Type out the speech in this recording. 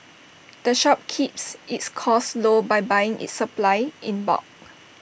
the shop keeps its costs low by buying its supplies in bulk